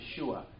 Yeshua